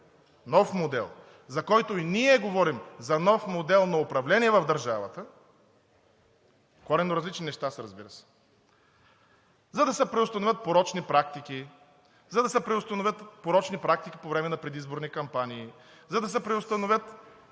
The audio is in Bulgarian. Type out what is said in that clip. нов модел, за който и ние говорим – за нов модел на управление в държавата. Коренно различни неща са, разбира се, за да се преустановят порочни практики, за да се преустановят порочни практики по време на предизборни кампании, за да се преустановят